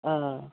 অঁ